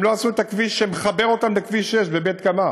והם לא עשו את הכביש שמחבר אותם לכביש 6 בבית-קמה.